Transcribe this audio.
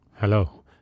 Hello